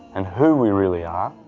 and who we really are,